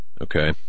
Okay